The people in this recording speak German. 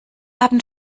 haben